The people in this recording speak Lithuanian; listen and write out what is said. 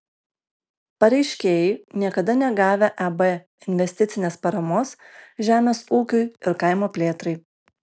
pareiškėjai niekada negavę eb investicinės paramos žemės ūkiui ir kaimo plėtrai